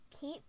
Keep